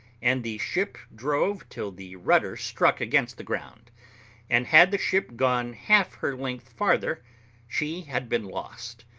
and the ship drove till the rudder struck against the ground and had the ship gone half her length farther she had been lost,